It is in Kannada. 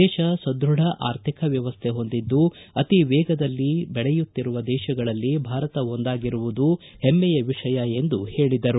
ದೇಶ ಸದೃಢ ಆರ್ಥಿಕ ವ್ಯವಸ್ಥೆ ಹೊಂದಿದ್ದು ಅತೀ ವೇಗದಲ್ಲಿ ಬೆಳೆಯುತ್ತಿರುವ ದೇಶಗಳಲ್ಲಿ ಭಾರತ ಒಂದಾಗಿರುವುದು ಹೆಮ್ಮೆಯ ವಿಷಯ ಎಂದು ಹೇಳಿದರು